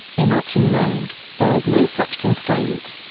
in option mode, there is no such constraint.